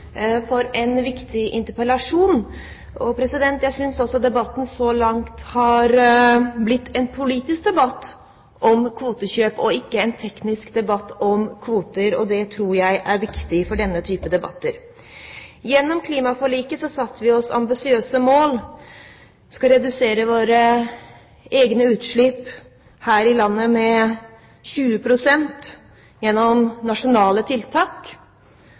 for en viktig interpellasjon. Jeg synes også debatten så langt har blitt en politisk debatt om kvotekjøp, og ikke en teknisk debatt om kvoter. Det tror jeg er viktig for denne type debatt. Gjennom klimaforliket satte vi oss ambisiøse mål. Vi skal redusere våre egne utslipp her i landet med 20 pst. gjennom nasjonale tiltak,